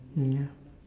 ya